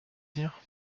dire